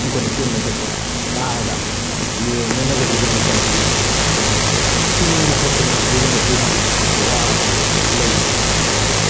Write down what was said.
ꯑꯩꯈꯣꯏꯅ ꯆꯤꯡ ꯃꯊꯛꯇ ꯀꯥꯔꯒ ꯌꯦꯡꯅꯅꯕꯒꯤꯗꯃꯛꯇ ꯑꯗꯨꯒꯤ ꯈꯨꯗꯣꯡꯆꯥꯕꯁꯨ ꯂꯩ ꯑꯗꯣ ꯆꯤꯡ ꯝꯊꯛꯇꯅꯤ ꯖꯨ ꯃꯄꯨꯝꯁꯤꯃ ꯄꯨꯔꯥ ꯂꯩꯔꯤꯁꯦ ꯑꯗꯣ